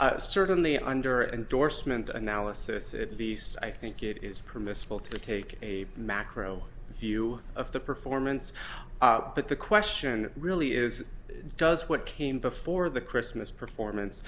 answer certainly under endorsement analysis at least i think it is permissible to take a macro view of the performance but the question really is does what came before the christmas performance